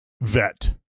vet